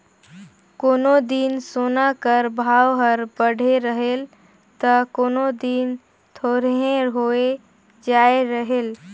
कोनो दिन सोना कर भाव हर बढ़े रहेल ता कोनो दिन थोरहें होए जाए रहेल